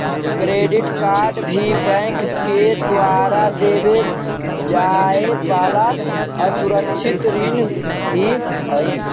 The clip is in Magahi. क्रेडिट कार्ड भी बैंक के द्वारा देवे जाए वाला असुरक्षित ऋण ही हइ